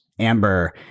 amber